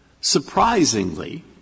surprisingly